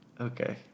Okay